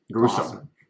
Awesome